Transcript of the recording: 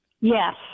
Yes